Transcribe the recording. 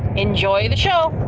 enjoy the show